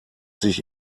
sich